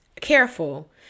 careful